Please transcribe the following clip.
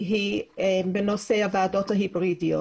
היא בנושא הוועדות ההיברידיות.